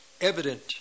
evident